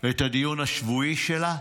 את הדיון השבועי שלה.